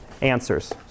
answers